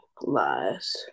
lies